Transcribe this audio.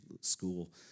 school